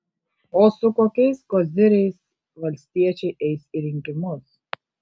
o su kokiais koziriais valstiečiai eis į rinkimus